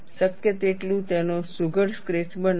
શક્ય તેટલું તેનો સુઘડ સ્કેચ બનાવો